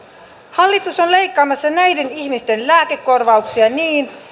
hallitus on leikkaamassa näiden ihmisten lääkekorvauksia niin